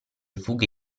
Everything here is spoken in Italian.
fughe